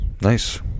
Nice